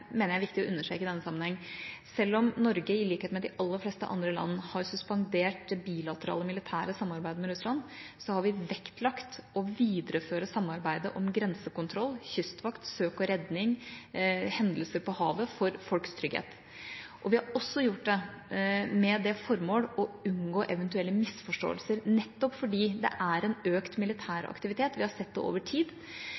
mener jeg er viktig å understreke i denne sammenheng – er: Selv om Norge, i likhet med de aller fleste andre land, har suspendert det bilaterale militære samarbeidet med Russland, har vi vektlagt å videreføre samarbeidet om grensekontroll, kystvakt, søk og redning og hendelser på havet – for folks trygghet. Vi har gjort det også med det formål å unngå eventuelle misforståelser, nettopp fordi det er økt militær